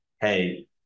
hey